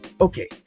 Okay